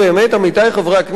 עמיתי חברי הכנסת,